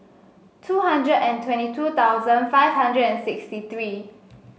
two hundred and twenty two thousand five hundred and sixty three